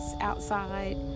outside